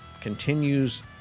continues